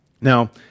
Now